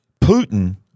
Putin